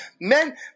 men